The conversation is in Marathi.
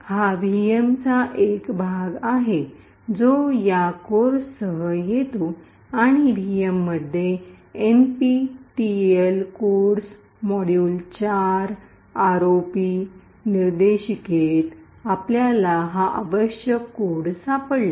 हा व्हीएमचा एक भाग आहे जो या कोर्ससह येतो आणि व्हीएम मध्ये एनपीटेल कोड्स मॉड्यूल 4 आरओपी निर्देशिकेत डायरेक्टोरी directory आपल्याला हा आवश्यक कोड सापडला